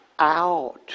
out